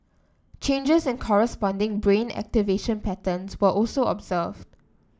changes in corresponding brain activation patterns were also observed